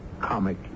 comic